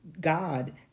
God